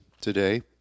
today